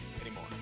anymore